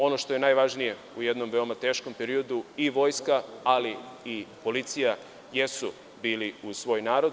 Ono što je najvažnije u jednom veoma teškom periodu i vojska, ali i policija jesu bili uz svoj narod.